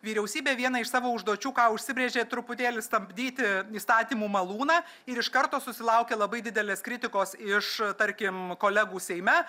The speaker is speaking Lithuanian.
vyriausybė vieną iš savo užduočių ką užsibrėžė truputėlį stabdyti įstatymų malūną ir iš karto susilaukė labai didelės kritikos iš tarkim kolegų seime